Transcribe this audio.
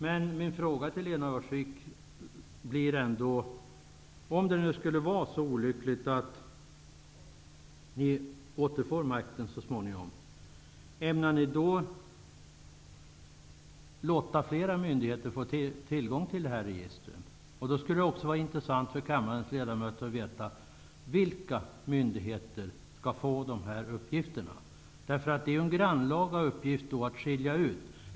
Men min fråga till Lena Öhrsvik blir ändå följande: Ämnar ni socialdemokrater låta fler myndigheter få tillgång till dessa register om det nu skulle vara så olyckligt att ni återfår makten så småningom? Det skulle också vara intressant för kammarens ledamöter att få veta vilka myndigheter som skall få uppgifterna. Det är ju en grannlaga uppgift att skilja ut vilka myndigheter som skall få tillgång.